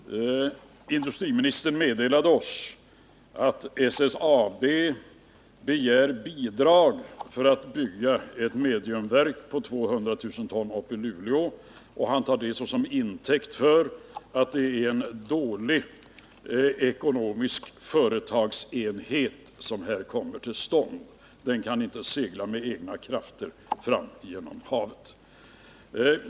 Herr talman! Industriministern meddelade oss att SSAB begär bidrag för att bygga ett mediumvalsverk för en kapacitet av 200 000 ton i Luleå. Han tar det som intäkt för att det är en ekonomiskt dålig företagsenhet som där kommer till stånd. Den kan inte segla av egen kraft fram över haven.